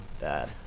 bad